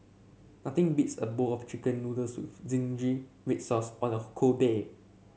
nothing beats a bowl of chicken noodles with zingy red sauce on a cold day